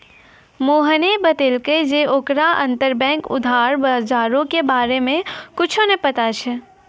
मोहने बतैलकै जे ओकरा अंतरबैंक उधार बजारो के बारे मे कुछु नै पता छै